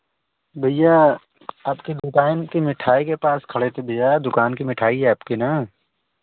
भैया आपकी दुकान की मिठाई के पास खड़े थे भिया दुकान की मिठाई है आपकी ना